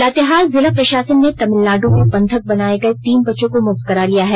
लातेहार जिला प्रशसन ने तमिलनाडु मे बंधक बनाए गए तीन बच्चों को मुक्त करा लिया है